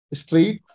street